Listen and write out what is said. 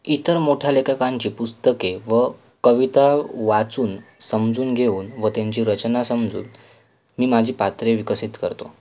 इतर मोठ्या लेखकांची पुस्तके व कविता वाचून समजून घेऊन व त्यांची रचना समजून मी माझी पात्रे विकसित करतो